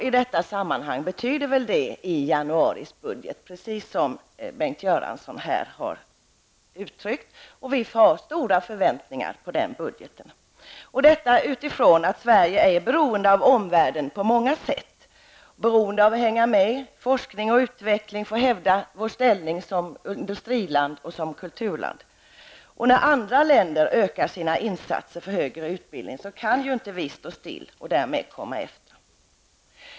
I detta sammanhang betyder väl det i budgeten i januari, precis som Bengt Göransson sade. Vi har stora förväntningar på den budgeten. Detta utifrån det faktum att Sverige är beroende av omvärlden på många sätt. Vi är beroende av att hänga med i forskning och utveckling för att hävda vår ställning som industriland och kulturland. När andra länder ökar sina insatser för högre utbildning kan vi ju inte stå stilla och därmed komma efter.